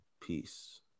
Peace